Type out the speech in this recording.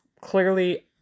clearly